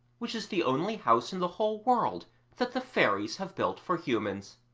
which is the only house in the whole world that the fairies have built for humans.